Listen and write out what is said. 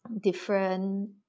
different